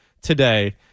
today